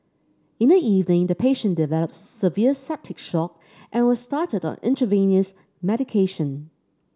in the evening the patient developed severe septic shock and was started on intravenous medication